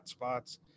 hotspots